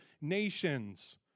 nations